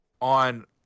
on